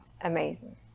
amazing